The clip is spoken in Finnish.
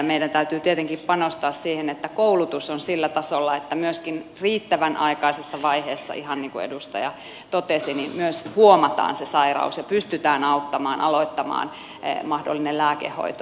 meidän täytyy tietenkin panostaa siihen että koulutus on sillä tasolla että myöskin riittävän aikaisessa vaiheessa ihan niin kuin edustaja totesi huomataan se sairaus ja pystytään auttamaan aloittamaan mahdollinen lääkehoito ja niin edelleen